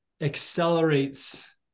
accelerates